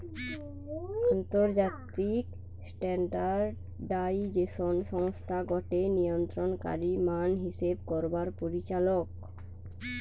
আন্তর্জাতিক স্ট্যান্ডার্ডাইজেশন সংস্থা গটে নিয়ন্ত্রণকারী মান হিসেব করবার পরিচালক